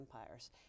empires